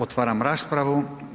Otvaram raspravu.